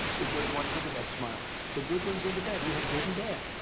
the good ones look at that smile the good ones and the bad. we had good and bad,